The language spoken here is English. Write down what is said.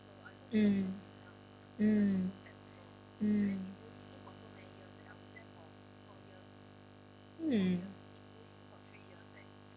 mm mm mm mm